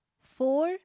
four